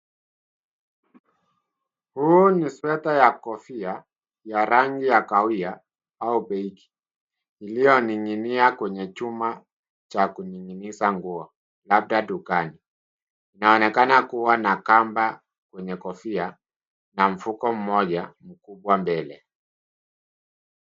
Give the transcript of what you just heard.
Huu ni sweta ya kofia ya rangi ya kahawia au beige iliyoning'inia kwenye chuma cha kuning'iniza nguo labda dukani, inaonekana kuwa na kamba yenye kofia na mfuko mmoja mkubwa mbele.